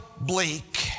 bleak